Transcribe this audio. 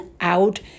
out